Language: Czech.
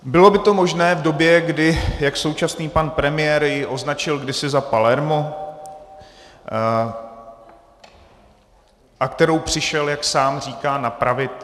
Bylo by to možné v době, kdy, jak současný pan premiér ji označil kdysi za Palermo a kterou přišel, jak sám říká, napravit?